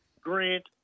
Grant